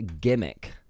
Gimmick